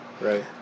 Right